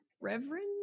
Reverend